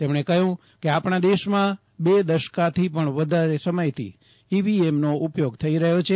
તેમણે કહયું કે આપણા દેશમા બે દશકાથી પણ વધારે સમયથી ઇવીએમનો ઉપયોગ થઈ રહયો છે